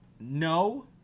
No